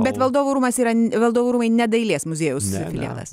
bet valdovų rūmas yra valdovų rūmai ne dailės muziejaus filialas